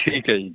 ਠੀਕ ਹੈ ਜੀ